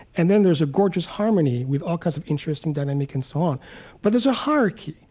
and then there's a gorgeous harmony with all kinds of interesting dynamics and so on but there's a hierarchy.